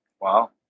Wow